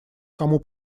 кому